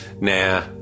nah